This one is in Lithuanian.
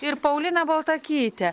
ir paulina baltakytė